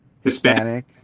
Hispanic